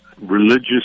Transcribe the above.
religious